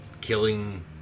killing